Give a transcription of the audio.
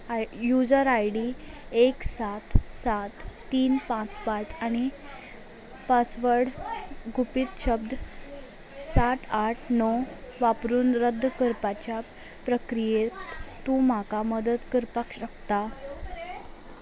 I user I D एक सात सात तीन पांच पांच आनी पासवर्ड गुपीत शब्द सात आठ णव वापरून रद्द करपाच्या प्रक्रियेंत तूं म्हाका मदत करपाक शकता